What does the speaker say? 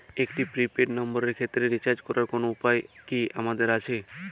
একটি prepaid নম্বরের ক্ষেত্রে রিচার্জ করার কোনো উপায় কি আমাদের আছে?